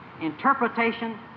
interpretation